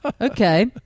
okay